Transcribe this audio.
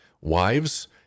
Wives